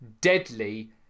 deadly